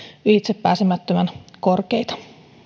ylitsepääsemättömän korkeita